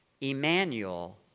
Emmanuel